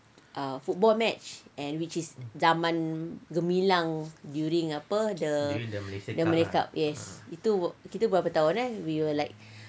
ah football match and which is zaman gemilang during apa the malay cup yes itu kita berapa tahun eh we were like